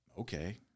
okay